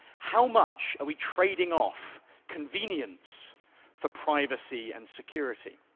how much are we trading off convenience for privacy and security?